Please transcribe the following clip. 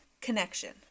connection